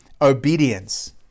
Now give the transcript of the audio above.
obedience